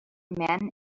men